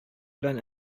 белән